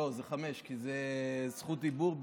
לא, זה חמש, כי זה זכות דיבור בקריאה,